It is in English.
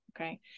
okay